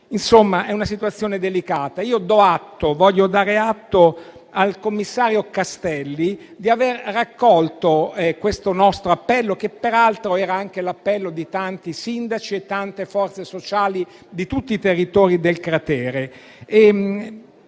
tratta di una situazione delicata. Voglio dare atto al commissario Castelli di aver raccolto questo nostro appello, che peraltro era anche l'appello di tanti sindaci e di tante forze sociali di tutti i territori del cratere.